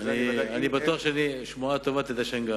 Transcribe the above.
אני בטוח ששמועה טובה תדשן עצם.